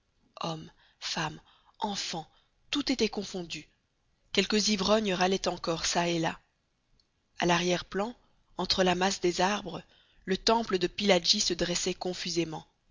hommes femmes enfants tout était confondu quelques ivrognes râlaient encore çà et là a l'arrière-plan entre la masse des arbres le temple de pillaji se dressait confusément